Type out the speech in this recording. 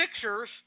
pictures